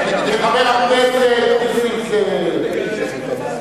חבר הכנסת נסים זאב.